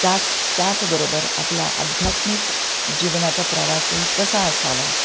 त्याच त्याचबरोबर आपला अध्यात्मिक जीवनाचा प्रवासही कसा असावा